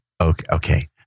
Okay